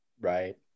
Right